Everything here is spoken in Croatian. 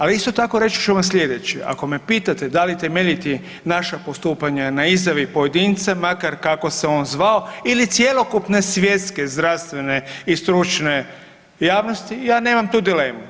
Ali isto tako, reći ću vam sljedeće, ako me pitati da li temeljiti naša postupanja na izjavi pojedinca, makar kako se on zvao ili cjelokupne svjetske zdravstvene i stručne javnosti, ja nemam tu dilemu.